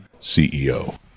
CEO